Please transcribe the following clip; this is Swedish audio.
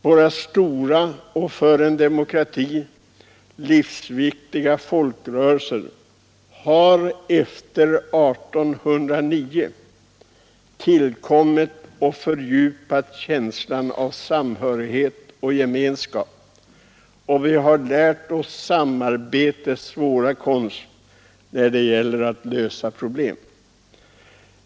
Våra stora och för en demokrati så livsviktiga folkrörelser har tillkommit efter 1809 och fördjupat känslan av samhörighet och gemenskap. Vi har lärt oss samarbetets svåra konst när det gäller att lösa problem.